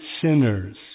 sinners